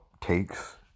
takes